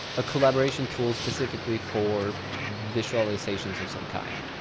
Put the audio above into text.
a collaboration tool specifically for visualizations of some kind.